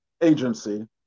agency